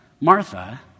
Martha